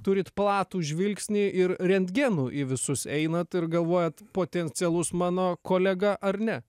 turit platų žvilgsnį ir rentgenu į visus einat ir galvojat potencialus mano kolega ar ne